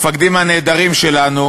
המפקדים הנהדרים שלנו: